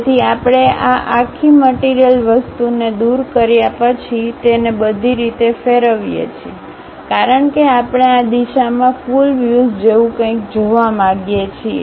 તેથી આપણે આ આખી મટીરીયલ વસ્તુને દૂર કર્યા પછી અમે તેને બધી રીતે ફેરવીએ છીએ કારણ કે આપણે આ દિશામાં ફુલ વ્યુઝ જેવું કંઈક જોવા માંગીએ છીએ